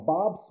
Bob